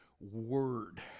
Word